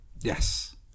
Yes